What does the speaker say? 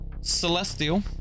Celestial